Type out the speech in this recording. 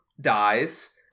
dies